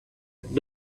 had